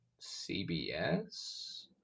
CBS